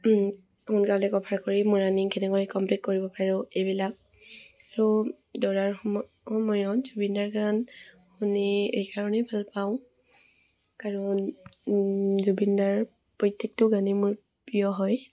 সোনকালে কভাৰ কৰি মোৰ ৰাণিং কেনেকৈ কমপ্লিট কৰিব পাৰোঁ এইবিলাক আৰু দৌৰাৰ সময় সময়ত জুবিনদাৰ গান শুনি এইকাৰণেই ভাল পাওঁ কাৰণ জুবিনদাৰ প্ৰত্যেকটো গানেই মোৰ প্ৰিয় হয়